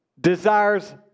desires